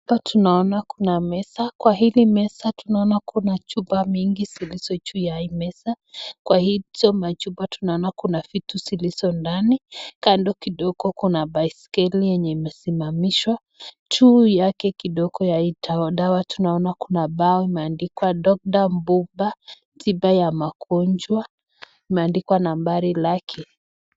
Hapa tunaona kuna meza ,kwa hili meza tunaona kuna chupa mingi zilizojuu ya hii meza kwa hizo machupa tunaona kuna vitu zilizondani ,kando kidogo kuna baiskeli yenye imesimamishwa juu yake kidogo ya hii dawa tunaona kuna bao imeandikwa (cs) doctor (cs)Buba ,tiba ya magonjwa, imeandikwa nambari lake.